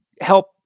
help